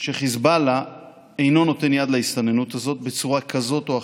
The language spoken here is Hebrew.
שחיזבאללה אינו נותן יד להסתננות הזאת בצורה כזאת או אחרת,